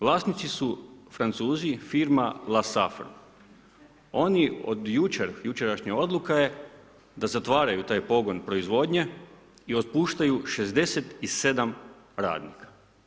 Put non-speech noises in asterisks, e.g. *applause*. Vlasnici su Francuzi, firma … *unintelligible* Oni od jučer, jučerašnja odluka je da zatvaraju taj pogon proizvodnje i otpuštaju 67 radnika.